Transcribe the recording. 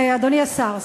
אדוני השר,